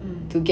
mm mm